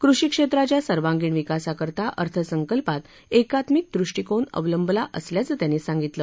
कृषी क्षेत्राच्या सर्वांगीण विकासाकरता अर्थसंकल्पात एकात्मिक दृष्टिकोन अवलंबला असल्याचं त्यांनी सांगितलं